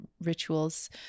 rituals